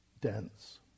dense